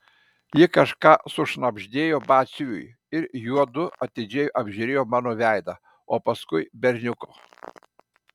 ji kažką sušnabždėjo batsiuviui ir juodu atidžiai apžiūrėjo mano veidą o paskui berniuko